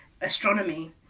astronomy